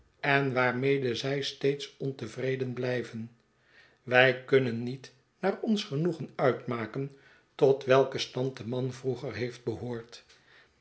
en waarmede zij steeds ontevreden blijven wij kunnen niet naar ons genoegen uitmaken tot welken stand de man vroeger heeft behoord